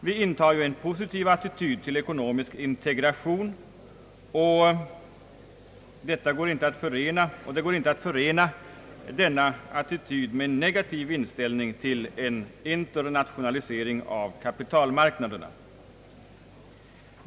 Vi intar ju en positiv attityd till ekonomisk integration, och det går inte att förena denna attityd med en negativ inställning till en internationalisering av kapitalmarknaderna.